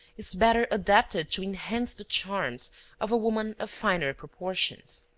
is better adapted to enhance the charms of a woman of finer proportions.